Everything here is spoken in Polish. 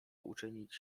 uczynić